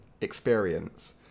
experience